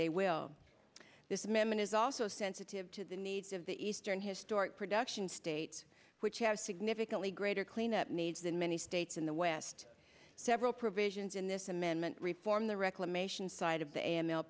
they will this amendment is also sensitive to the needs of the eastern historic production states which have significantly greater cleanup needs than many states in the west several provisions in this amendment reform the reclamation side of the and